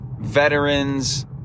veterans